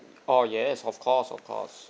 orh yes of course of course